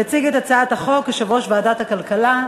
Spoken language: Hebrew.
יציג את הצעת החוק יושב-ראש ועדת הכלכלה,